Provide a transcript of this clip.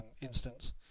instance